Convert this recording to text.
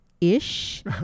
ish